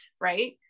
right